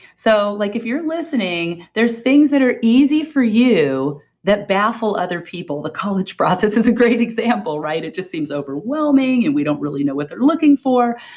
so, like if you're listening, there's things that are easy for you that baffle other people. the college process is a great example, right? it just seems overwhelming and we don't really know what they're looking for.